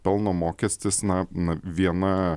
pelno mokestis na na viena